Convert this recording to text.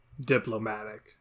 diplomatic